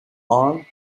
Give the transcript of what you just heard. ans